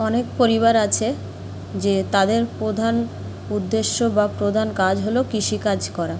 অনেক পরিবার আছে যে তাদের প্রধান উদ্দেশ্য বা প্রধান কাজ হল কৃষিকাজ করা